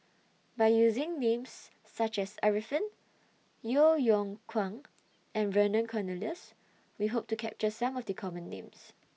By using Names such as Arifin Yeo Yeow Kwang and Vernon Cornelius We Hope to capture Some of The Common Names